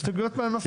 הסתייגויות מהנוסח.